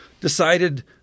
decided